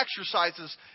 exercises